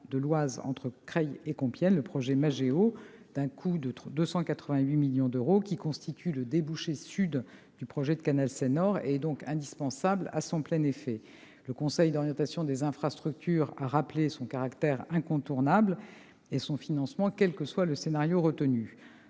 de l'Oise entre Creil et Compiègne, ou projet MAGEO, d'un coût de 288 millions d'euros, constitue le débouché sud du projet de canal Seine-Nord. Elle est donc indispensable à son plein effet. Le Conseil d'orientation des infrastructures a rappelé son caractère incontournable et la nécessité de la financer, quel que soit le scénario retenu.